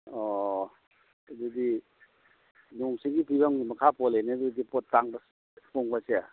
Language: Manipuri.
ꯑꯣ ꯑꯗꯨꯗꯤ ꯅꯣꯡ ꯆꯤꯡꯒꯤ ꯐꯤꯕꯝꯒꯤ ꯃꯈꯥ ꯄꯣꯜꯂꯦꯅꯦ ꯄꯣꯠ ꯇꯥꯡꯕ ꯍꯣꯡꯕꯁꯦ